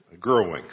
growing